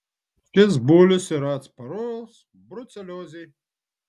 šis bulius yra atsparus bruceliozei